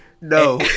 no